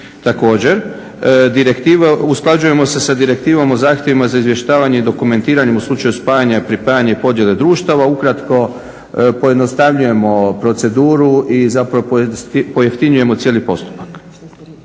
Također usklađujemo se sa Direktivom o zahtjevima za izvještavanje dokumentiranim u slučaju spajanja i pripajanja i podjele društava, ukratko pojednostavljujemo proceduru i zapravo pojeftinjujemo cijeli postupak.